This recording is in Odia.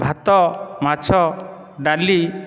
ଭାତ ମାଛ ଡାଲି